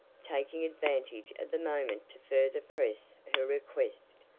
taking advantage of the moment to further press her request,